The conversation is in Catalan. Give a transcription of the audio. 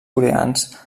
coreans